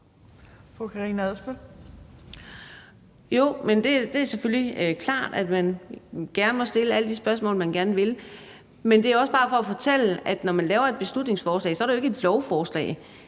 Det er selvfølgelig klart, at man gerne må stille alle de spørgsmål, man gerne vil. Men det er også bare for at fortælle, at når man laver et beslutningsforslag, så er det jo ikke et lovforslag.